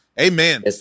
Amen